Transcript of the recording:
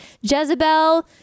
Jezebel